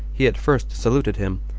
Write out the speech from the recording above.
he at first saluted him,